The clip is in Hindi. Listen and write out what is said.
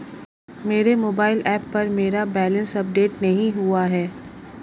मेरे मोबाइल ऐप पर मेरा बैलेंस अपडेट नहीं हुआ है